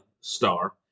star